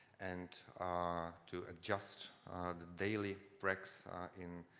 and ah to adjust the daily breaks in